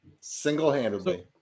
Single-handedly